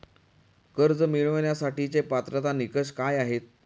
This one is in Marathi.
कर्ज मिळवण्यासाठीचे पात्रता निकष काय आहेत?